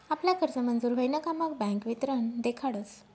आपला कर्ज मंजूर व्हयन का मग बँक वितरण देखाडस